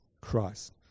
Christ